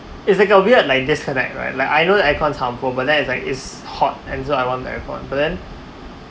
is a kind of weird like disconnect right like I know the aircon harmful but then it's like is hot and so I want the aircon but then